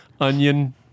onion